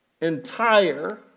entire